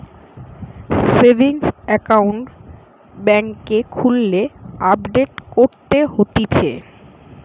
savings account বেংকে খুললে update করতে হতিছে